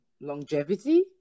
longevity